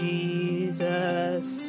Jesus